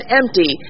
empty